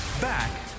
Back